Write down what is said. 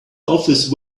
office